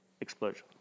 explosion